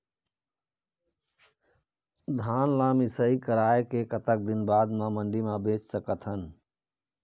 धान ला मिसाई कराए के कतक दिन बाद मा मंडी मा बेच सकथन?